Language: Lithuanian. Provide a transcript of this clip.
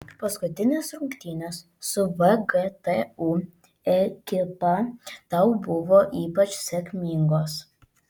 paskutinės rungtynės su vgtu ekipa tau buvo ypač sėkmingos